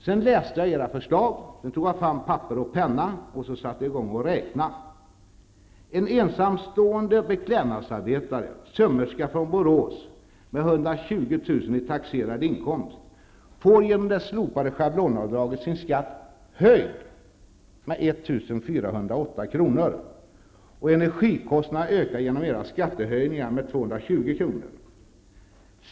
Sedan läste jag era förslag, tog fram papper och penna och satte i gång att räkna. En ensamstående beklädnadsarbetare, sömmerska från Borås, med 120 000 i taxerad inkomst får genom det slopade schablonavdraget sin skatt höjd med 1 408 kr. Energikostnaderna ökar genom era skattehöjningar med 220 kr.